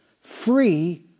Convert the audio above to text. free